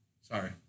Sorry